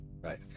Right